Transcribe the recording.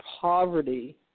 poverty